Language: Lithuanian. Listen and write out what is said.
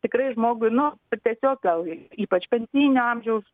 tikrai žmogui nu kur tiesiog gal ypač pensijinio amžiaus